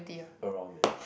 around there